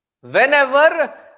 Whenever